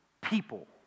people